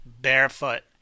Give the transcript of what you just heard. barefoot